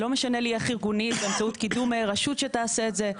לא משנה לי איך ארגונים באמצעות קידום רשות שתעשה את זה,